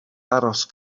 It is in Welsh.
aros